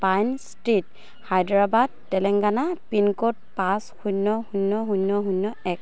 pine Street Hyderabad Telangana pin code পাঁচ শূন্য শূন্য শূন্য শূন্য এক